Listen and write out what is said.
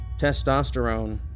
testosterone